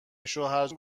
شوهرجان